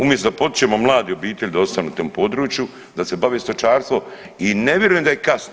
Umjesto da potičemo mlade obitelji da ostanu u tom području, da se bave stočarstvom i ne vjerujem da je kasno.